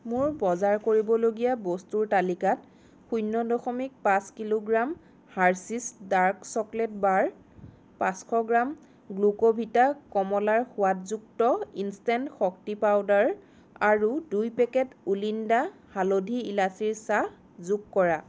মোৰ বজাৰ কৰিবলগীয়া বস্তুৰ তালিকাত শূন্য দশমিক পাঁচ kilogram Hershey's dark chocolate bar পাঁচশ গ্ৰাম গ্লোক'ভিটা কমলাৰ সোৱাদযুক্ত ইনষ্টেণ্ট শক্তি পাউদাৰ আৰু দুই পেকেট উলিন্দা হালধি ইলাচীৰ চাহ যোগ কৰা